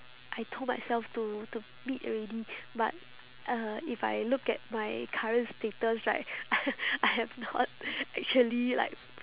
I told myself to to meet already but uh if I look at my current status right I have not actually like